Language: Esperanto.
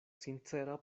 sincera